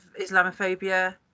islamophobia